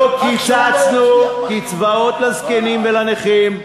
לא קיצצנו קצבאות לזקנים ולנכים,